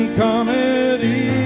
comedy